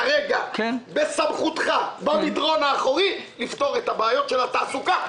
כרגע בסמכותך במדרון האחורי לפתור את הבעיות של התעסוקה,